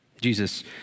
Jesus